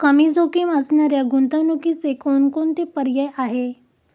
कमी जोखीम असणाऱ्या गुंतवणुकीचे कोणकोणते पर्याय आहे?